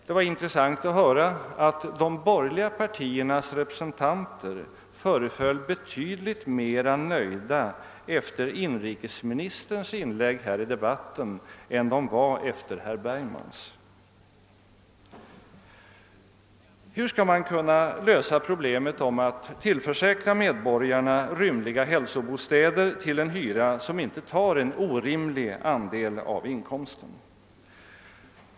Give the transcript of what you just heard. Det var intressant att höra att de borgerliga partiernas representanter i debatten föreföll betydligt mer nöjda efter inrikesministerns inlägg än efter herr Bergmans. Hur skall man lösa problemet att tillförsäkra medborgarna rymliga hälsobostäder till en hyra som inte tar en orimlig andel av inkomsten?